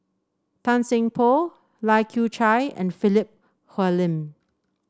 Tan Seng Poh Lai Kew Chai and Philip Hoalim